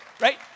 right